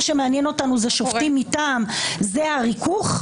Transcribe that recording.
שמעניין אותנו זה שופטים מטעם זה ריכוך,